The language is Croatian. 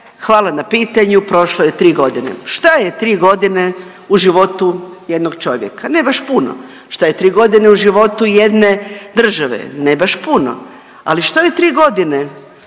hvala na pitanju prošlo je 3.g., šta je 3.g. u životu jednog čovjeka, ne baš puno, šta je 3.g. u životu jedne države, ne baš puno, ali što je 3.g.